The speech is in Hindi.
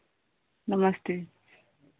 नमस्ते